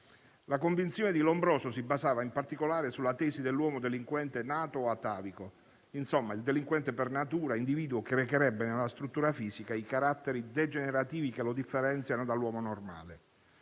La convinzione di Lombroso si basava in particolare sulla tesi dell'uomo delinquente, nato atavico; insomma, il delinquente per natura, individuo che recherebbe nella struttura fisica i caratteri degenerativi che lo differenziano dall'uomo normale.